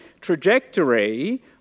trajectory